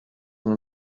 nous